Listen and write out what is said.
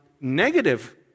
negative